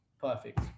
perfect